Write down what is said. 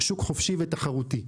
שוק חופשי ותחרותי.